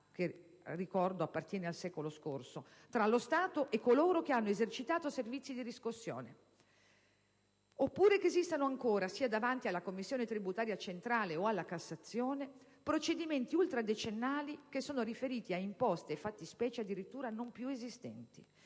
(ormai, quindi, nel secolo scorso) tra lo Stato e coloro che hanno esercitato servizi di riscossione, oppure che esistano ancora (davanti alla commissione tributaria centrale o alla Cassazione) procedimenti ultradecennali che sono riferiti ad imposte e fattispecie addirittura non più esistenti.